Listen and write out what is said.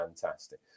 fantastic